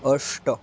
अष्ट